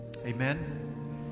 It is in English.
Amen